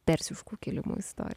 persiškų kilimų istorija